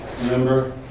Remember